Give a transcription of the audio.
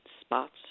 spots